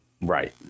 Right